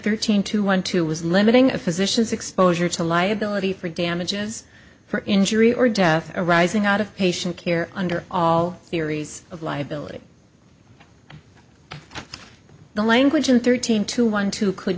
thirteen two one two was limiting a physician's exposure to liability for damages for injury or death arising out of patient care under all theories of liability the language in thirteen to one to could